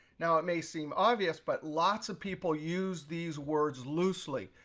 now it may seem obvious, but lots of people use these words loosely.